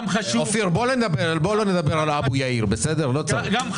אופיר, בוא לא נדבר על אבו יאיר, בסדר, לא צריך.